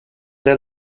der